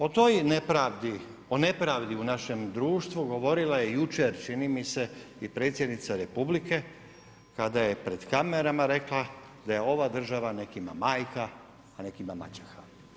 O toj nepravdi, o nepravdi u našem društvu govorila je jučer, čini mi se, i predsjednica Republike kada je pred kamerama rekla da je ova država nekima majka, a nekima mačeha.